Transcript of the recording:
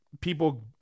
people